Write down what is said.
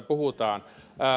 puhutaan